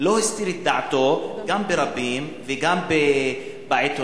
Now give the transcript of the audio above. לא הסתיר את דעתו גם ברבים וגם בעיתונים,